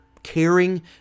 Caring